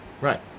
Right